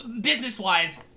business-wise